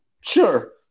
sure